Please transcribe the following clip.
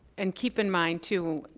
and keep in mind too,